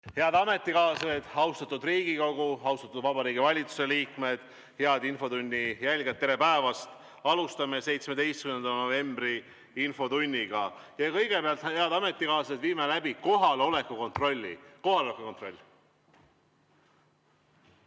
Head ametikaaslased, austatud Riigikogu! Austatud Vabariigi Valitsuse liikmed! Head infotunni jälgijad! Tere päevast! Alustame 17. novembri infotundi. Kõigepealt, head ametikaaslased, viime läbi kohaloleku kontrolli. Kohaloleku kontroll.